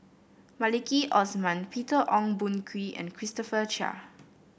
Maliki Osman Peter Ong Boon Kwee and Christopher Chia